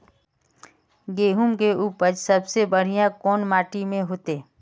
गेहूम के उपज सबसे बढ़िया कौन माटी में होते?